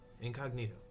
incognito